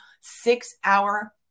six-hour